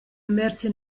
immersi